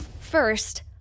First